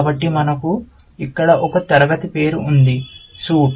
కాబట్టి మనకు ఇక్కడ ఒక తరగతి పేరు ఉంది సూట్